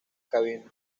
cabina